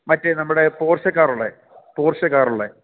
മറ്റേ നമ്മടെ പോർഷെകാറുളെള പോർഷെകാറുളെള